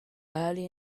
early